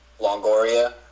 Longoria